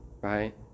right